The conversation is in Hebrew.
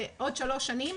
ועוד שלוש שנים,